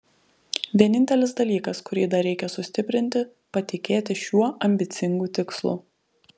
vienintelis dalykas kurį dar reikia sustiprinti patikėti šiuo ambicingu tikslu